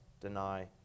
deny